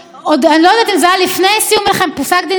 פסק דין סילבסטר,